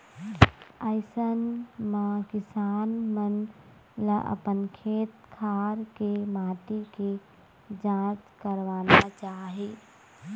अइसन म किसान मन ल अपन खेत खार के माटी के जांच करवाना चाही